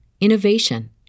innovation